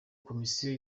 komisiyo